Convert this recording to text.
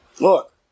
Look